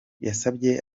yasabye